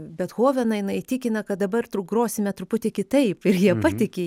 bethoveną jinai įtikina kad dabar tru grosime truputį kitaip ir jie patiki